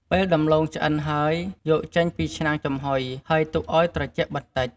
ពេលដំឡូងឆ្អិនហើយ យកចេញពីឆ្នាំងចំហុយ ហើយទុកឱ្យត្រជាក់បន្តិច។